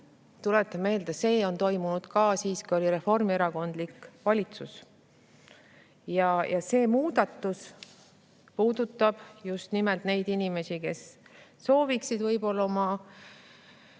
Tuletan meelde, et see on toimunud ka siis, kui oli reformierakondlik valitsus. See muudatus puudutab just nimelt neid inimesi, kes sooviksid võib-olla oma